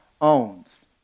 owns